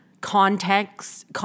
context